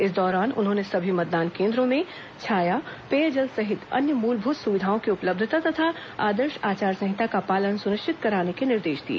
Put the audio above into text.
इस दौरान उन्होंने सभी मतदान केन्द्रों में छाया पेयजल सहित अन्य मूलभूत सुविधाओं की उपलब्धता तथा आदर्श आचार संहिता का पालन सुनिश्चित कराने के निर्देश दिए